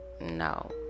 No